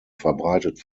verbreitet